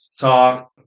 talk